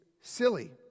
silly